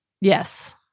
Yes